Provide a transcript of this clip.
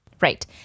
Right